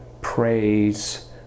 praise